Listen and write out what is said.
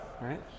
Right